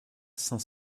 cinq